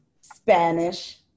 Spanish